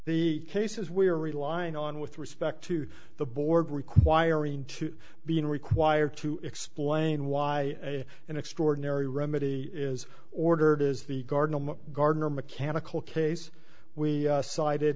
the cases we are relying on with respect to the board requiring to being required to explain why an extraordinary remedy is ordered is the garden garden or mechanical case we